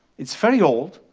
it's very old,